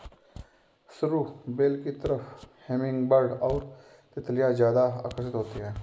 सरू बेल की तरफ हमिंगबर्ड और तितलियां ज्यादा आकर्षित होती हैं